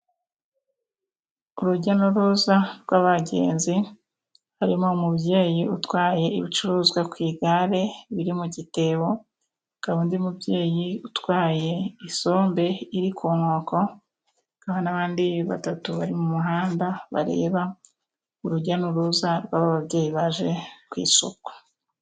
Urujya n'uruza rw'abagenzi harimo umubyeyi utwaye ibicuruzwa ku igare biri mu gitebo, akaba undi mubyeyi utwaye isombe iri ku nkoko n'abandi batatu bari mu muhanda bareba urujya n'uruza rw'aba babyeyi baje ku isoko.